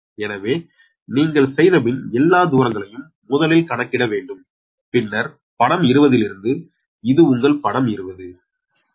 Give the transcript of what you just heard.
எனவே நீங்கள் செய்தபின் எல்லா தூரங்களையும் முதலில் கணக்கிட வேண்டும் பின்னர் படம் 20 இலிருந்து இது உங்கள் படம் 20